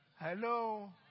Hello